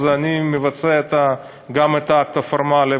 אז אני מבצע גם את האקט הפורמלי.